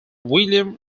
william